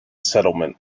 settlement